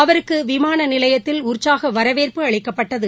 அவருக்கு விமான நிலையத்தில் உற்சாக வரவேற்பு அளிக்கப்பட்டது